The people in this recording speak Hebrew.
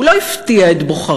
הוא לא הפתיע את בוחריו